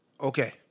Okay